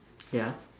ya